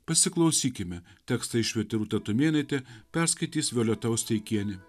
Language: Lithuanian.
pasiklausykime tekstą išvertė rūta tumėnaitė perskaitys violeta osteikienė